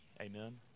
Amen